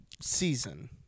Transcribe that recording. season